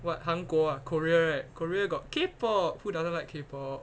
what 韩国 ah korea right korea got K pop who doesn't like K Pop